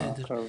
בסדר.